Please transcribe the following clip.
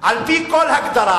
על-פי כל הגדרה.